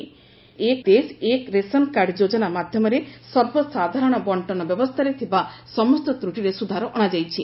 ଏକ ଦେଶ ଏକ୍ ରେସନ କାର୍ଡ ଯୋଜନା ମାଧ୍ୟମରେ ସର୍ବସାଧାରଣ ବଣ୍ଟନ ବ୍ୟବସ୍ଥାରେ ଥିବା ସମସ୍ତ ତ୍ରଟିରେ ସୁଧାର ଅଣାଯାଇଛି